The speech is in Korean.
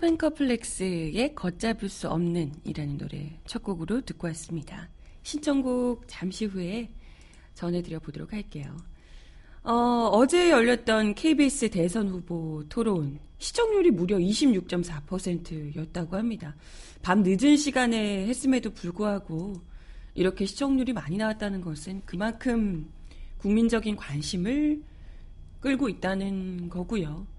팬커플렉스의 걷잡을 수 없는 이라는 노래 첫 곡으로 듣고 왔습니다. 신청곡 잠시 후에 전해드려 보도록 할게요. 어, 어제 열렸던 KBS 대선 후보 토론 시청률이 무려 26.4%였다고 합니다. 밤 늦은 시간에 했음에도 불구하고 이렇게 시청률이 많이 나왔다는 것은 그만큼 국민적인 관심을 끌고 있다는 거고요.